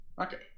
Okay